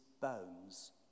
bones